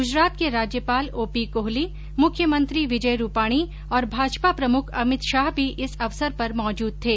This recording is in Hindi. ग्जरात के राज्यपाल ओ पी कोहली मुख्यमंत्री विजय रूपाणी और भाजपा प्रमुख अमित शाह भी इस अवसर पर मौजूद थे